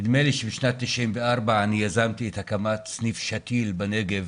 נדמה לי שבשנת 1994 יזמתי את הקמת סניף שתי"ל בנגב